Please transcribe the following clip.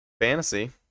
fantasy